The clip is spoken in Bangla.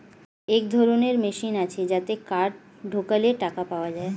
এক ধরনের মেশিন আছে যাতে কার্ড ঢোকালে টাকা পাওয়া যায়